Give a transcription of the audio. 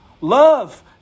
love